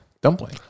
Dumpling